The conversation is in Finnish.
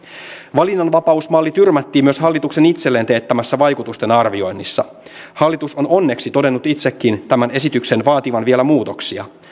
valinnanvapausmalli tyrmättiin myös hallituksen itselleen teettämässä vaikutusten arvioinnissa hallitus on onneksi todennut itsekin tämän esityksen vaativan vielä muutoksia